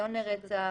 ניסיון לרצח,